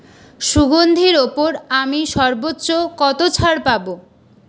সুগন্ধির ওপর আমি সর্বোচ্চ কত ছাড় পাবো